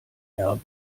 erbes